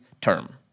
term